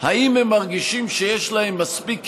אם הם מרגישים שיש להם מספיק כלים,